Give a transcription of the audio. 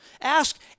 Ask